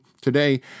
Today